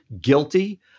guilty